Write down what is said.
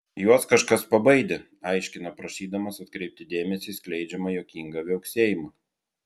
juos kažkas pabaidė aiškina prašydamas atkreipti dėmesį į skleidžiamą juokingą viauksėjimą